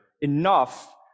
enough